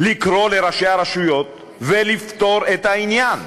לקרוא לראשי הרשויות ולפתור את העניין?